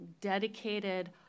dedicated